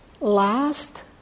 last